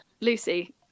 Lucy